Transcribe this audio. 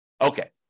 Okay